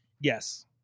Yes